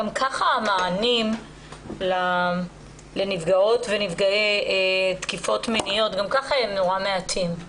גם ככה המענים לנפגעות ולנפגעי תקיפות מיניות הם נורא מעטים.